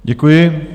Děkuji.